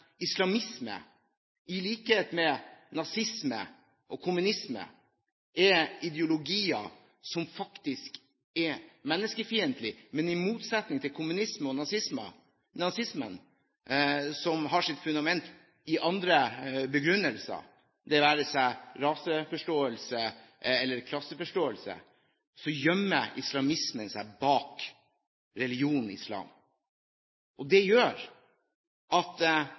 islamisme, som i likhet med nazisme og kommunisme er en ideologi som er menneskefiendtlig, men som i motsetning til kommunismen og nazismen, som har sine fundamenter i andre begrunnelser, det være seg raseforståelse eller klasseforståelse, gjemmer seg bak religionen islam. Det gjør at